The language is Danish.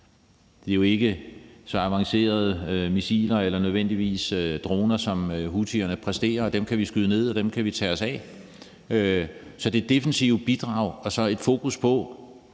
nødvendigvis så avancerede missiler eller droner, som houthierne præsterer, og dem kan vi skyde ned, og dem kan vi tage os af. Så det er det defensive bidrag og så et fokus på